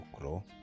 grow